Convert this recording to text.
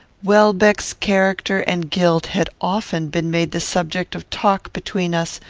welbeck's character and guilt had often been made the subject of talk between us,